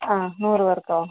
അതെ നൂറ് പേർക്കോ